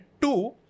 two